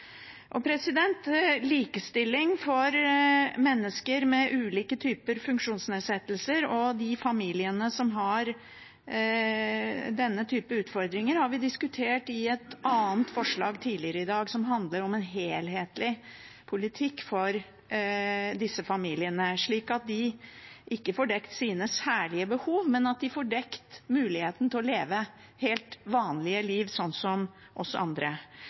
Likestilling for mennesker med ulike typer funksjonsnedsettelser og de familiene som har denne typen utfordringer, har vi diskutert i et annet forslag tidligere i dag. Det handlet om en helhetlig politikk for disse familiene, slik at de ikke får dekket sine særlige behov, men at de får dekket muligheten til å leve et helt vanlig liv som oss andre.